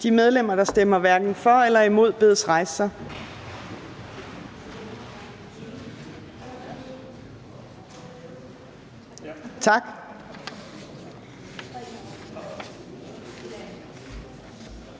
De medlemmer, der stemmer hverken for eller imod, bedes rejse sig. Tak.